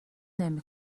نمی